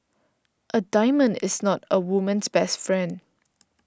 a diamond is not a woman's best friend